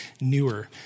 newer